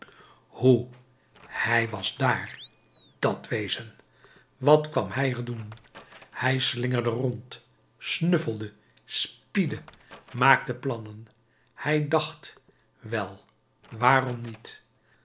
hoe hij was dààr dat wezen wat kwam hij er doen hij slingerde rond snuffelde spiedde maakte plannen hij dacht wel waarom niet